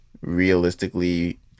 realistically